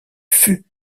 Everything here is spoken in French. fût